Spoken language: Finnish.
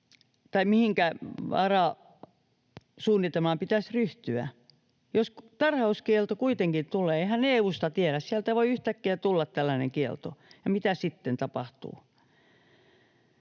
tarhaajien auttamiseksi pitäisi ryhtyä, jos tarhauskielto kuitenkin tulee. Eihän EU:sta tiedä, sieltä voi yhtäkkiä tulla tällainen kielto, ja mitä sitten tapahtuu?